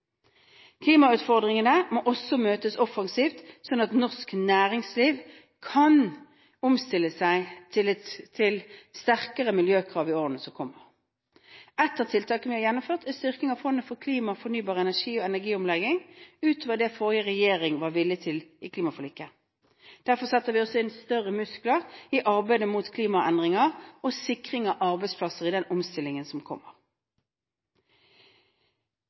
Klimautfordringene må også møtes offensivt, sånn at norsk næringsliv kan omstille seg til sterkere miljøkrav i årene som kommer. Et av tiltakene vi har gjennomført, er styrking av Fondet for klima, fornybar energi og energiomlegging utover det forrige regjering var villig til i klimaforliket. Derfor setter vi også inn større muskler i arbeidet mot klimaendringer og sikring av arbeidsplasser i den omstillingen som kommer.